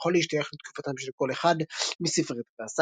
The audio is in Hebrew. והוא יכול להשתייך לתקופתם של כל אחד מספרי תרי-עשר.